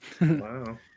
wow